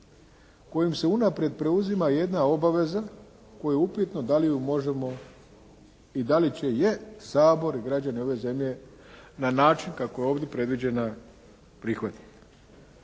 kojim se unaprijed preuzima jedna obaveza koju je upitno da li je možemo i da li će je Sabor i građani ove zemlje na način kako je ovdje predviđena, prihvatiti.